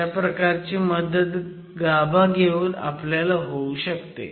अशा प्रकारची मदत गाभा घेऊन आपल्याला होऊ शकते